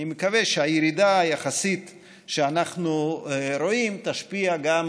אני מקווה שהירידה היחסית שאנחנו רואים תשפיע גם